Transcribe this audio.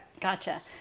Gotcha